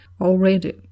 already